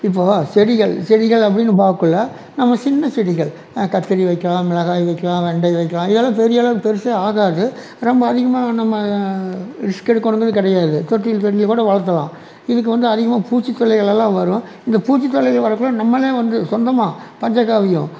இப்போவா செடிகள் செடிகள் அப்படினு பார்க்கக்குள்ள நம்ம சின்ன செடிகள் கத்திரி வைக்கலாம் மிளகாய் வைக்கலாம் வெண்டை வைக்கலாம் இதெல்லாம் பெரிய அளவு பெருசாக ஆகாது ரொம்ப அதிகமாக நம்ம ரிஸ்க் எடுக்கணுங்குறது கிடையாது தொட்டில் கூட வளர்த்தலாம் இதுக்கு வந்து அதிகமாக பூச்சி தொல்லைகள் எல்லாம் வரும் இந்த பூச்சி தொல்லைகள் வரக்குள்ளே நம்மளே வந்து சொந்தமாக பஞ்சக்காவியம்